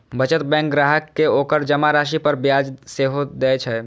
बचत बैंक ग्राहक कें ओकर जमा राशि पर ब्याज सेहो दए छै